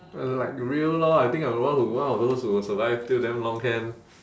uh like real lor I think I'm the one who one of those who survive till damn long can